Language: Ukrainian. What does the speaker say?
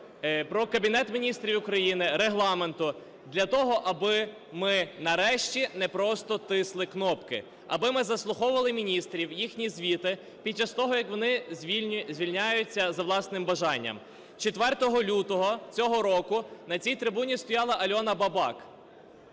про Кабінет Міністрів України, Регламенту, для того аби ми нарешті не просто тисли кнопки, аби ми заслуховували міністрів, їхні звіти під час того, як вони звільняються за власним бажанням. 4 лютого цього року на цій трибуні стояла Альона Бабак,